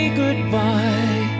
goodbye